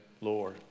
Lord